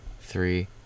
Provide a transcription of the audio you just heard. Three